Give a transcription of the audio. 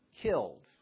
killed